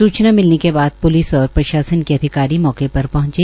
सूचना मिलने के बाद प्लिस और प्रशासन के अधिकारी मौके पर पहंचे